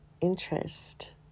interest